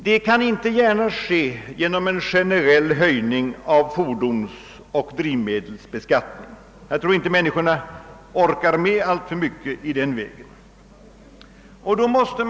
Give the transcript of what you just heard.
Man kan knappast skaffa mera pengar genom en generell höjning av fordonsoch drivmedelsbeskattningen. Jag tror inte att medborgarna orkar med så mycket mer i det fallet.